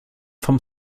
vom